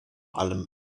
allem